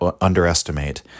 underestimate